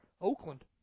Oakland